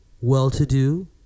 Well-to-do